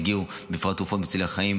בפרט תרופות מצילות חיים,